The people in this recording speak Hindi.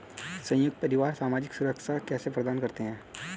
संयुक्त परिवार सामाजिक सुरक्षा कैसे प्रदान करते हैं?